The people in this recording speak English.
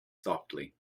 softly